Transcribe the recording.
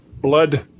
blood